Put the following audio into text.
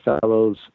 fellows